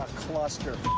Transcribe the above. cluster